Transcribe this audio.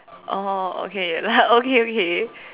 oh okay like okay okay